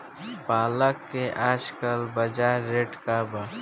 पालक के आजकल बजार रेट का बा?